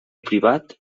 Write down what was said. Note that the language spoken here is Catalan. privat